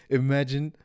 imagine